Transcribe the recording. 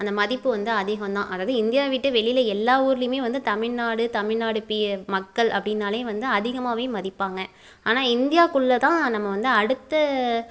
அந்த மதிப்பு வந்து அதிகம் தான் அதாவது இந்தியா விட்டு வெளியில எல்லா ஊர்லையுமே வந்து தமிழ்நாடு தமிழ்நாடு பி மக்கள் அப்படின்னாலே வந்து அதிகமாகவே மதிப்பாங்க ஆனால் இந்தியாக்குள்ளே தான் நம்ம வந்து அடுத்த